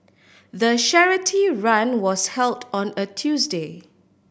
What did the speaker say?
the charity run was held on a Tuesday